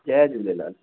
Jay Jhulelal